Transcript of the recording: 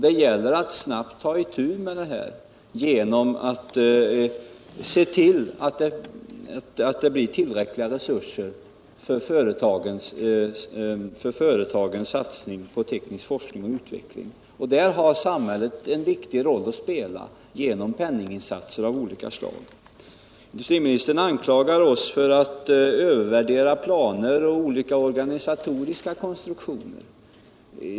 Det gäller att snabbt ta itu med den situationen genom att se till att det blir tillräckliga resurser för företagens satsning på teknisk forskning och utveckling. Där har samhället en viktig roll att spela genom penninginsatser av olika slag. Industriministern anklagar oss för att övervärdera planer och olika organisatoriska konstruktioner.